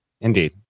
Indeed